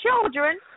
children